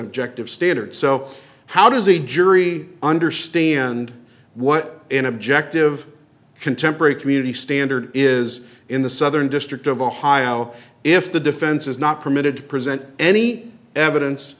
objective standard so how does a jury understand what an objective contemporary community standard is in the southern district of ohio if the defense is not permitted to present any evidence